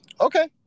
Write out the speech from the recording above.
Okay